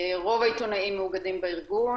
רוב העיתונאים מאוגדים בארגון,